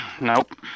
Nope